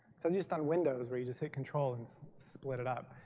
so as you start windows where you just hit control and so split it up.